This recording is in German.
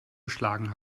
erschlagen